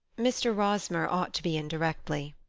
mr. rosmer ought to be in directly.